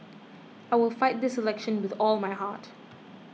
I will fight this election with all my heart